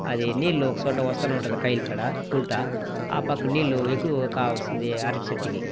అది నీళ్లు ఒకసోటా వస్తూనే ఉంటుంది కయిల కాడ ఊట ఆ పక్క నీళ్లు ఎక్కువగా వస్తుంది అరటి చెట్టుకి